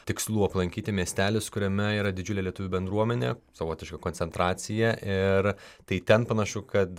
tikslų aplankyti miestelis kuriame yra didžiulė lietuvių bendruomenė savotiška koncentracija ir tai ten panašu kad